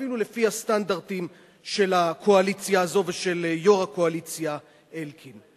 אפילו לפי הסטנדרטים של הקואליציה הזאת ושל יושב-ראש הקואליציה אלקין,